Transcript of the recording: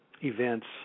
events